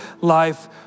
life